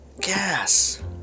gas